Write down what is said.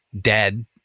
dead